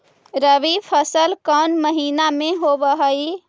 रबी फसल कोन महिना में होब हई?